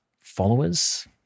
followers